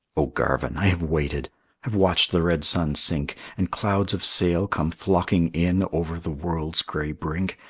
o garvin, i have waited have watched the red sun sink, and clouds of sail come flocking in over the world's gray brink,